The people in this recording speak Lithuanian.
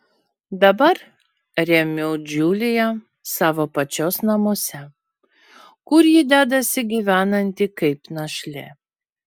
dabar remiu džiuliją savo pačios namuose kur ji dedasi gyvenanti kaip našlė